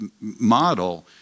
model